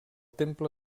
temple